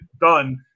done